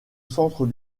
centre